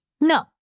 No